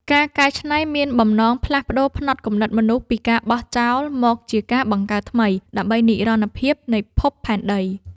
ការកែច្នៃមានបំណងផ្លាស់ប្តូរផ្នត់គំនិតមនុស្សពីការ បោះចោល មកជាការ បង្កើតថ្មី ដើម្បីនិរន្តរភាពនៃភពផែនដី។